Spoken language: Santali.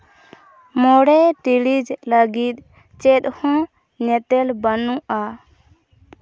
ᱢᱚᱬᱮ ᱴᱤᱲᱤᱡ ᱞᱟᱹᱜᱤᱫ ᱪᱮᱫᱦᱚᱸ ᱧᱮᱛᱮᱞ ᱵᱟᱹᱱᱩᱜᱼᱟ